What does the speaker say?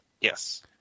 Yes